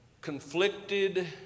conflicted